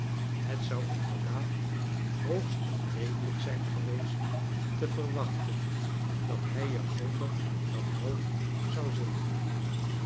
het zou inderdaad hoogst onredelijk zijn geweest te verwaehtei dat hij er zonder dat hoofd zou zitten